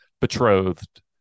betrothed